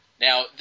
Now